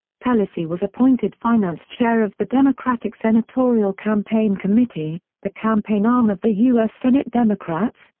pelosi was appointed finance chair of the democratic senatorial campaign committee, the campaign arm of the u s. senate democrats,